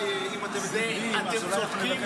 אתם צודקים,